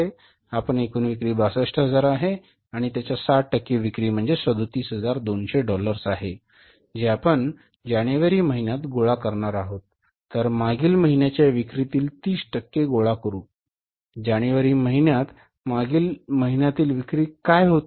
आपली एकूण विक्री 62000 आहे आणि त्याच्या 60 टक्के विक्री म्हणजे 37200 डॉलर्स आहे जे आपण जानेवारी महिन्यात गोळा करणार आहोत तर मागील महिन्याच्या विक्रीतील 30 टक्के गोळा करू जानेवारी महिन्यात मागील महिन्यातील विक्री काय होती